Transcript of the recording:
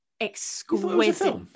exquisite